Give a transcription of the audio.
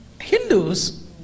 Hindus